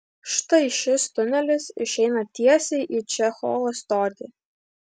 štai šis tunelis išeina tiesiai į čechovo stotį